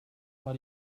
war